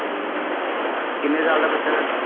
ਕਿੰਨੇ ਸਾਲ ਦਾ ਬੱਚਾ ਤੁਹਾਡਾ